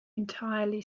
entirely